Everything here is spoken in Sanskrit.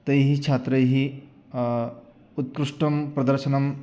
तैः छात्रैः उत्कृष्टं प्रदर्शनम्